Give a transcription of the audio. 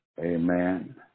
amen